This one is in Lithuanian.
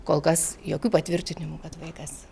kol kas jokių patvirtinimų kad vaikas